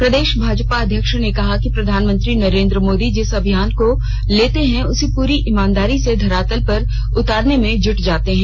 प्रदेष भाजपा अध्यक्ष ने कहा कि प्रधानमंत्री नरेंद्र मोदी जिस अभियान को लेते है उसे पूरी ईमानदारी से धरातल पर उतारने में जुट जाते है